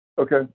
Okay